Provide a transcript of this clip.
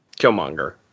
Killmonger